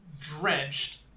drenched